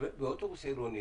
באוטובוס עירוני